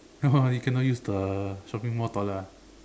you cannot use the shopping Mall toilet ah